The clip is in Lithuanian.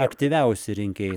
aktyviausi rinkėjai